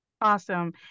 Awesome